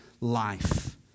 life